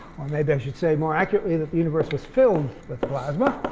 or maybe i should say more accurately that the universe was filled with plasma.